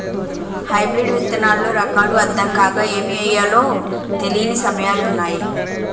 hybrid విత్తనాల్లో రకాలు అద్దం కాక ఏమి ఎయ్యాలో తెలీని సమయాలున్నాయి